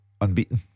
Unbeaten